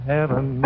Heaven